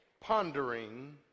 Pondering